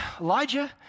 Elijah